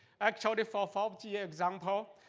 actually for four g example,